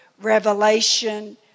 revelation